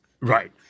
Right